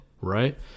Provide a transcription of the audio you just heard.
right